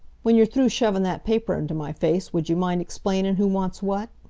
when you're through shovin' that paper into my face would you mind explainin' who wants what?